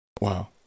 wow